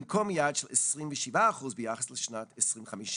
במקום יעד של 27 אחוזים ביחס לשנת 2015,